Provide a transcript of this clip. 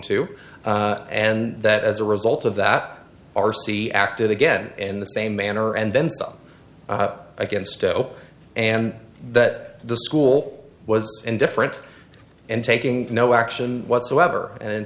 to and that as a result of that r c acted again in the same manner and then saw against hope and that the school was indifferent and taking no action whatsoever and in